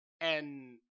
and-